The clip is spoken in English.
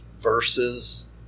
versus